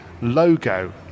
logo